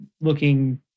looking